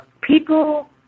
people